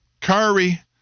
Curry